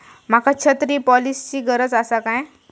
माका छत्री पॉलिसिची गरज आसा काय?